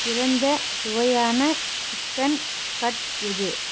சிறந்த சுவையான chicken cut எது